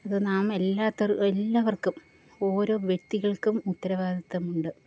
അതു നാം എല്ലാത്തർ എല്ലാവർക്കും ഓരോ വ്യക്തികൾക്കും ഉത്തരവാദിത്ത്വമുണ്ട്